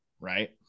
Right